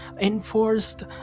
enforced